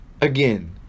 Again